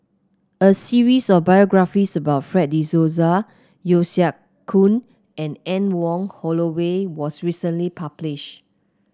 a series of biographies about Fred De Souza Yeo Siak Goon and Anne Wong Holloway was recently publish